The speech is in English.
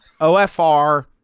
OFR